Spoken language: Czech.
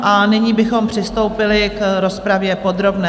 A nyní bychom přistoupili k rozpravě podrobné.